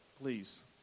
please